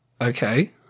Okay